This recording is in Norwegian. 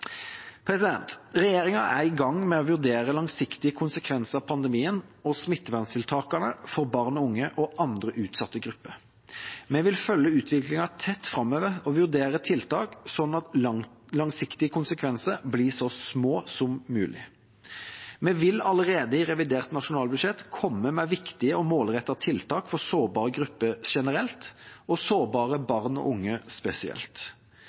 Regjeringa er i gang med å vurdere langsiktige konsekvenser av pandemien og smitteverntiltakene for barn og unge og andre utsatte grupper. Vi vil følge utviklingen tett framover og vurdere tiltak, sånn at langsiktige konsekvenser blir så små som mulig. Vi vil allerede i revidert nasjonalbudsjett komme med viktige og målrettede tiltak for sårbare grupper generelt og sårbare barn og unge spesielt.